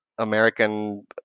American